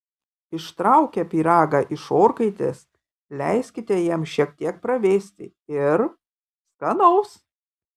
ištraukę pyragą iš orkaitės leiskite jam šiek tiek pravėsti ir skanaus